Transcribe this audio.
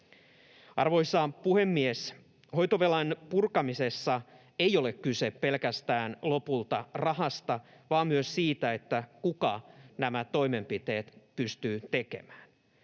Arvoisa puhemies! Hoitovelan purkamisessa ei ole kyse lopulta pelkästään rahasta, vaan myös siitä, kuka nämä toimenpiteet pystyy tekemään.